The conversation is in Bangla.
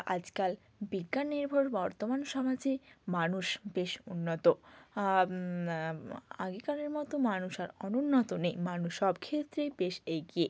আজকাল বিজ্ঞাননির্ভর বর্তমান সমাজে মানুষ বেশ উন্নত আগেকারের মতো মানুষ আর অনুন্নত নেই মানুষ সব ক্ষেত্রে বেশ এগিয়ে